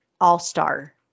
all-star